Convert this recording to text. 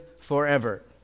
forever